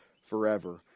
forever